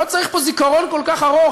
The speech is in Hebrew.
ולא צריך פה זיכרון כל כך ארוך,